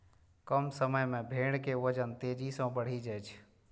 कम समय मे भेड़ के वजन तेजी सं बढ़ि जाइ छै